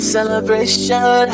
Celebration